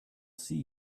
see